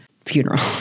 funeral